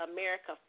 America